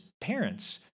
parents